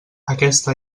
aquesta